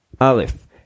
Aleph